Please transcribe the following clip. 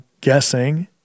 guessing